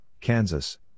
Kansas